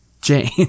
Jane